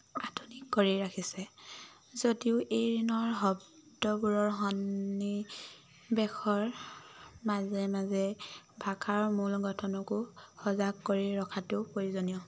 আধুনিক কৰি ৰাখিছে যদিও এই দিনৰ শব্দবোৰৰ সন্নিৱেশৰ মাজে মাজে ভাষাৰ মূল গঠনকো সজাগ কৰি ৰখাটো প্ৰয়োজনীয়